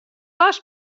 pas